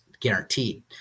guaranteed